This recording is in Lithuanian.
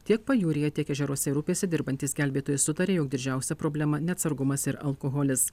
tiek pajūryje tiek ežeruose ir upėse dirbantys gelbėtojai sutarė jog didžiausia problema neatsargumas ir alkoholis